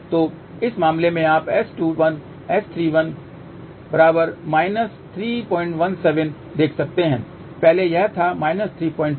तो इस मामले में आप S21 S31 317 देख सकते हैं पहले यह था 32 dB